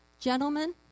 Gentlemen